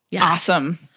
Awesome